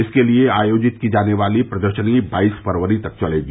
इसके लिए आयोजित की जाने वाली प्रदर्शनी बाईस फरवरी तक चलेगी